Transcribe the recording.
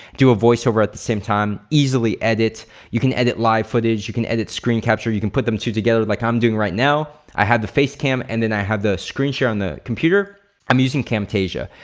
do a voiceover at the same time, easily edit. you can edit live footage, you can edit screen capture, you can put the two together like i'm doing right now. i have the face cam and then i have the screen share on the computer. i'm using camtasia.